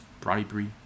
bribery